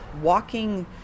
walking